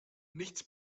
nichts